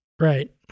Right